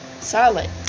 solid